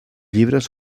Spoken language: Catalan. llibres